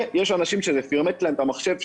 ויש אנשים שזה פירמט להם את המחשב,